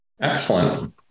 Excellent